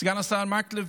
סגן השר מקלב,